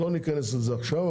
לא ניכנס לזה עכשיו,